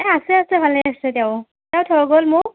এ আছে আছে ভালে আছে তেওঁ তেওঁ থৈ গ'ল মোক